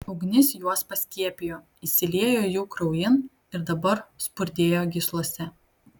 ugnis juos paskiepijo įsiliejo jų kraujin ir dabar spurdėjo gyslose